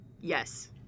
yes